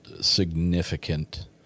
significant